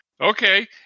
Okay